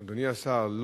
אדוני השר,